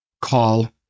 call